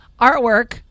artwork